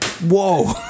Whoa